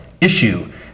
Issue